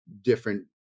different